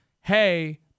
hey